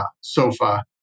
sofa